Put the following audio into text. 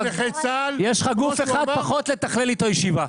יש לך גוף אחד פחות לתכלל איתו ישיבה.